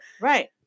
Right